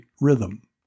rhythm